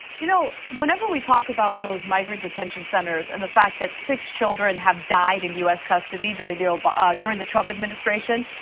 you know whenever we talk about those migrant detention centers and the fact that six children have died in us custody during the but during the trump administration.